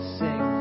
sing